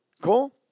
cool